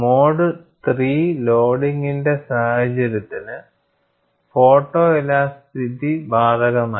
mode III loading സാഹചര്യത്തിന് photoelasticity ബാധകമല്ല